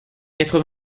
quatre